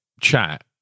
chat